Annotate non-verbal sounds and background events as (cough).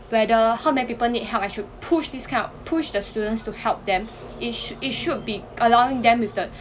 whether how many people need help I should push this kind of push the students to help them it should it should be allowing them with the (breath)